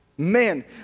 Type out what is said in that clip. Man